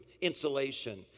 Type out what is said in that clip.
insulation